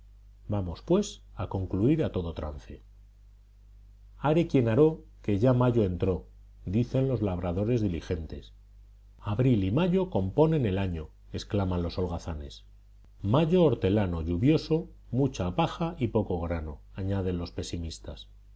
vamos pues a concluir a todo trance are quien aró que ya mayo entró dicen los labradores diligentes abril y mayo componen el año exclaman los holgazanes mayo hortelano lluvioso mucha paja y poco grano añaden los pesimistas